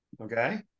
Okay